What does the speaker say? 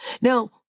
Now